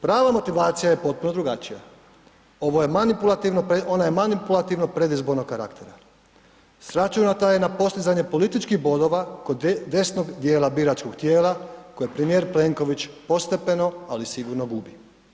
Prava motivacija je potpuno drugačija, ona je manipulativno predizbornog karaktera, sračunata je postizanje političkih bodova kod desnog dijela biračkog tijela koje premijer Plenković postepeno, ali sigurno gubi.